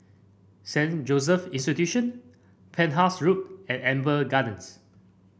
Saint Joseph Institution Penhas Road and Amber Gardens